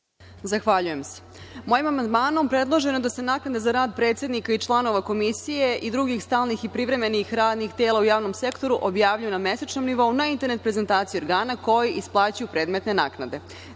Zahvaljujem se. Mojim amandmanom predloženo je da se naknada za rad predsednika i članova komisije i drugih stalnih i privremenih radnih tela u javnom sektoru objavljuje na mesečnom nivou na internet prezentaciji organi koji isplaćuju predmetne naknade